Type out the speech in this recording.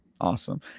awesome